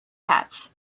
hatch